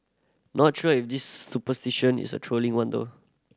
not sure if this superstition is a trolling one though